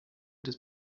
des